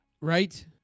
Right